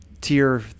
tier